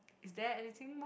is there anything more